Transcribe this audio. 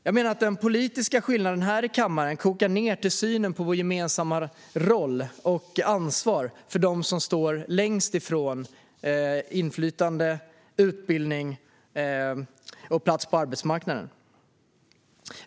Jag menar att den politiska skillnaden här i kammaren kokar ned till synen på vår gemensamma roll och vårt ansvar för dem som står längst ifrån inflytande, utbildning och en plats på arbetsmarknaden.